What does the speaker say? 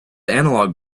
analog